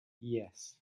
yes